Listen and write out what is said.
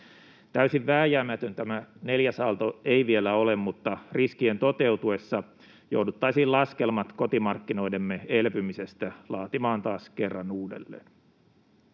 Täysin vääjäämätön tämä neljäs aalto ei vielä ole, mutta riskien toteutuessa jouduttaisiin laskelmat kotimarkkinoidemme elpymisestä laatimaan taas kerran uudelleen.